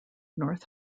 north